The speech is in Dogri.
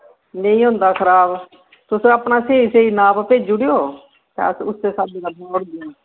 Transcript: नेईं होंदा खराब तुस अपना स्हेई स्हेई नाप भेज्जी ओड़ेओ अस उस्सै स्हाबै दा बनाई ओड़गे